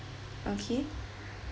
okay